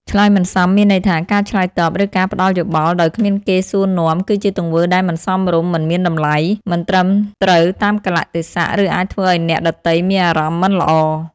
ឆ្លើយមិនសម មានន័យថា ការឆ្លើយតប ឬការផ្ដល់យោបល់ដោយគ្មានគេសួរនាំ គឺជាទង្វើដែលមិនសមរម្យ មិនមានតម្លៃ មិនត្រឹមត្រូវតាមកាលៈទេសៈ ឬអាចធ្វើឲ្យអ្នកដទៃមានអារម្មណ៍មិនល្អ។